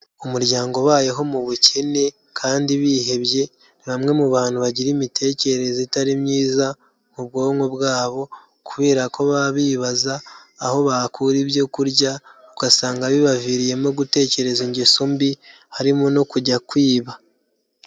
Umuryango ubayeho mu bukene kandi bihebye, ni bamwe mu bantu bagira imitekerereze itari myiza mu bwonko bwabo kubera ko baba bibaza aho bakura ibyo kurya, ugasanga bibaviriyemo gutekereza ingeso mbi harimo no kujya kwiba.